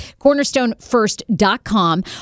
Cornerstonefirst.com